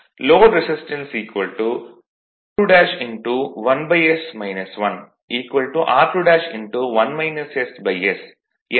load resistance r21s 1 r2s